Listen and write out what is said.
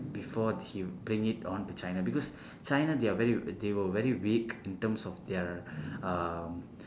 before he bring it on to china because china they are they were very weak in terms of their um